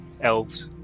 Elves